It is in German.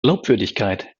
glaubwürdigkeit